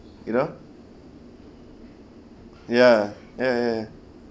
you know ya ya ya